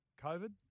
COVID